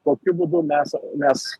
kokiu būdu mes mes